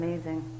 Amazing